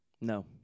No